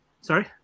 Sorry